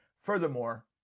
Furthermore